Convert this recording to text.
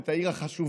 את העיר החשובה,